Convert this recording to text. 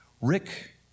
Rick